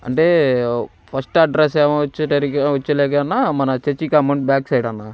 అంటే first address ఏమో వచ్చేసరికి వచ్చేలోకి అన్నా మన చర్చి కాంపౌండ్ బ్యాక్ సైడ్ అన్నా